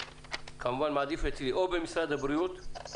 כמובן מעדיף אצלי, או במשרד הבריאות,